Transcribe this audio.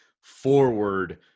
forward